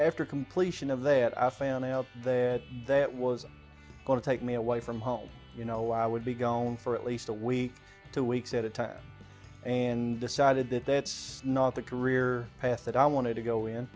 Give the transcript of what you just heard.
after completion of there a fan out there that was going to take me away from home you know i would be gone for at least a week two weeks at a time and decided that that's not the career path that i wanted to go in